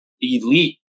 elite